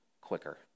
quicker